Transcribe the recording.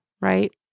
right